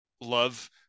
love